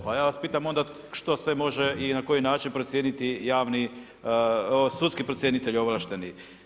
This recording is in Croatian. Pa ja vas pitam što sve može i na koji način procijeniti sudski procjenitelj ovlašteni.